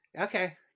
Okay